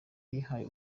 yihaye